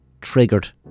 triggered